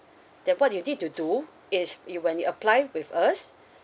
that what you need to do is you when you apply with us